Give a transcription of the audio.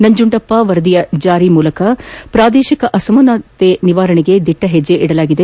ನಂಜುಂಡಪ್ಪ ವರದಿಯ ಅನುಷ್ಠಾನದ ಮೂಲಕ ಪ್ರಾದೇಶಿಕ ಅಸಮಾನತೆ ನಿವಾರಣೆಗೆ ದಿಟ್ಲ ಹೆಣ್ಣೆ ಇಡಲಾಗಿದೆ